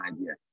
idea